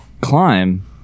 climb